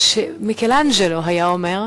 מיכלאנג'לו היה אומר,